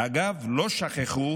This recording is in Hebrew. אגב, לא שכחו